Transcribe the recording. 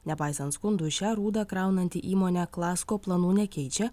nepaisant skundų šią rūdą kraunanti įmonė klasko planų nekeičia